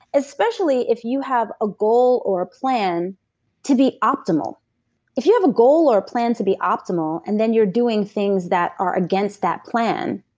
especially if you have a goal or a plan to be optimal if you have a goal or a plan to be optimal and then you're doing things that are against that plan,